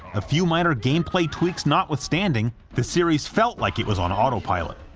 a few minor gameplay tweaks notwithstanding, the series felt like it was on autopilot.